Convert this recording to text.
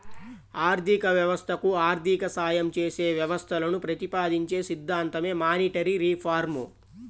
ఆర్థిక వ్యవస్థకు ఆర్థిక సాయం చేసే వ్యవస్థలను ప్రతిపాదించే సిద్ధాంతమే మానిటరీ రిఫార్మ్